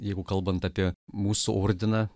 jeigu kalbant apie mūsų ordiną